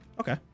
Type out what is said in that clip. Okay